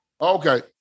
okay